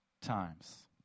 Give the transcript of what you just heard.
times